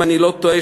אם אני לא טועה,